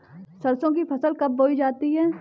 सरसों की फसल कब बोई जाती है?